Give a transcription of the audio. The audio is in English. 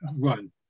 run